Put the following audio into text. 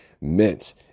meant